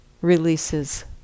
releases